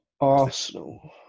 Arsenal